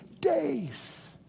days